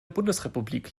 bundesrepublik